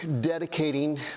dedicating